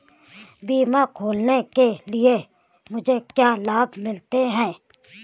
बीमा खोलने के लिए मुझे क्या लाभ मिलते हैं?